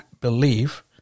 believe